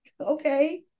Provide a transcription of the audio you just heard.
Okay